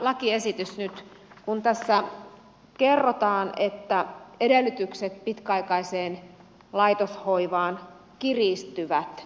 tässä lakiesityksessä nyt kerrotaan että edellytykset pitkäaikaiseen laitoshoivaan kiristyvät